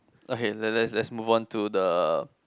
okay let let let's move on to the